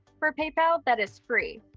for paypal that is free.